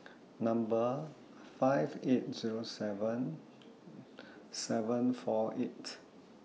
Number five eight Zero seven seven four eight